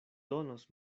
donos